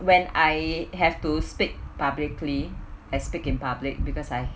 when I have to speak publicly as speak in public because I